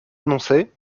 annoncer